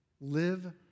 live